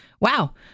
wow